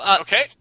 Okay